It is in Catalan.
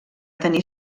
tenir